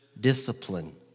discipline